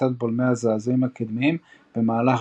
דחיסת בולמי הזעזועים הקדמיים במהלך